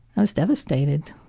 i was devastated.